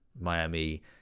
Miami